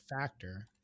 factor